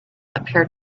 appeared